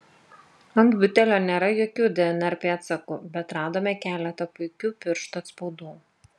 ant butelio nėra jokių dnr pėdsakų bet radome keletą puikių pirštų atspaudų